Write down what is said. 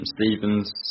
Stevens